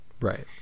Right